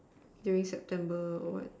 during September or what